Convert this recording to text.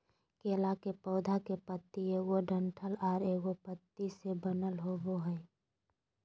केला के पौधा के पत्ति एगो डंठल आर एगो पत्ति से बनल होबो हइ